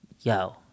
yo